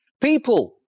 People